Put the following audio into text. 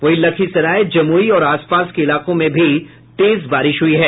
वहीं लखीसराय जमुई और आस पास के इलाकों में भी तेज बारिश हुई है